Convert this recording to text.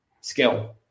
skill